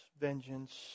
vengeance